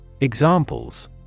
Examples